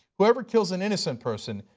whoever kills an innocent person,